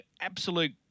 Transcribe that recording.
absolute